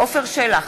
עפר שלח,